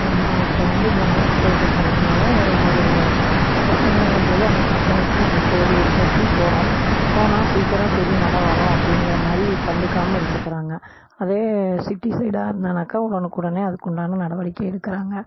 நம்ம இப்போ வந்து கிராமத்து சைடு இருக்கிறதுனால ஒரு பிரச்சினைங்கம் போது அந்த பிரச்சினைக்கு நம்ம போலீஸ் ஸ்டேஷன் போகிறோம் போனால் சீக்கிரம் சரி நடை அப்படிங்கிற மாதிரி கண்டுக்காமல் இருந்துக்கிறாங்க அதே சிட்டி சைடாக இருந்தானாக்கால் உடனுக்கு உடனே அதுக்கு உண்டான நடவடிக்கையை எடுக்கிறாங்க